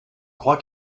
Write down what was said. crois